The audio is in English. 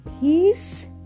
peace